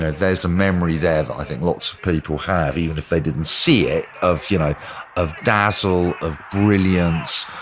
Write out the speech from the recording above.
there there is a memory there that i think lots of people have, even if they didn't see it, of you know of dazzle, of brilliance,